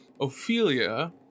Ophelia